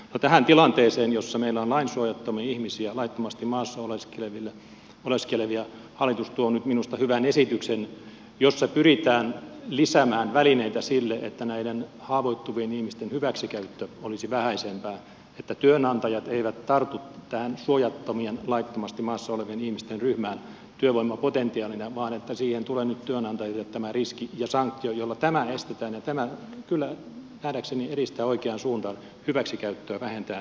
tähän tilanteeseen jossa meillä on lainsuojattomia ihmisiä laittomasti maassa oleskelevia hallitus tuo nyt minusta hyvän esityksen jossa pyritään lisäämään välineitä sille että näiden haavoittuvien ihmisten hyväksikäyttö olisi vähäisempää että työnantajat eivät tartu tähän suojattomien laittomasti maassa olevien ihmisten ryhmään työvoimapotentiaalina vaan siihen tulee nyt työnantajille tämä riski ja sanktio jolla tämä estetään ja tämä kyllä nähdäkseni edistää asiaa oikeaan suuntaan hyväksikäyttöä vähentäen